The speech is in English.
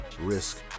risk